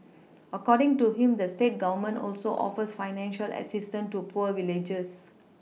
according to him the state Government also offers financial assistance to poor villagers